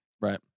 Right